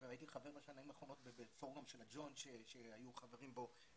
והייתי חבר בשנים האחרונות בפורומים של הג'וינט שהיו חברים בו